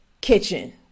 kitchen